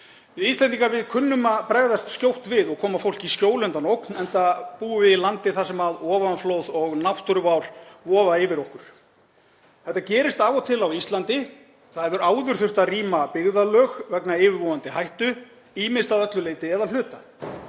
Við Íslendingar kunnum að bregðast skjótt við og koma fólki í skjól undan ógn, enda búum við í landi þar sem ofanflóð og náttúruvár vofa yfir okkur. Þetta gerist af og til á Íslandi. Það hefur áður þurfti að rýma byggðarlög vegna yfirvofandi hættu, ýmist að öllu leyti eða hluta.